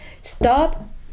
Stop